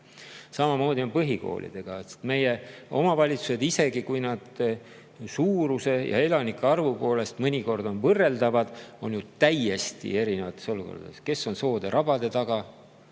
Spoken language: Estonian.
Samamoodi on põhikoolidega. Meie omavalitsused, isegi kui nad [territooriumi] suuruse ja elanike arvu poolest mõnikord on võrreldavad, on ju täiesti erinevates olukordades: kes on soode-rabade taga,